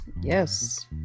Yes